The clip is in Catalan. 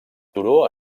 turó